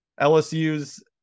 LSU's